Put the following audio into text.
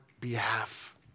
behalf